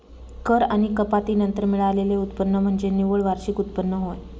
कर आणि कपाती नंतर मिळालेले उत्पन्न म्हणजे निव्वळ वार्षिक उत्पन्न होय